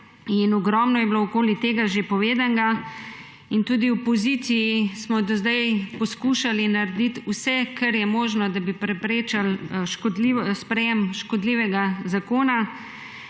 in ogromno je bilo okoli tega že povedanega in tudi v opoziciji smo do zdaj poskušali narediti vse, kar je možno, da bi preprečili sprejetje škodljivega zakona,